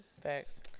Facts